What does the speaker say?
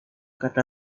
kata